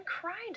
cried